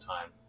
time